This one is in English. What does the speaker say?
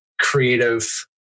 creative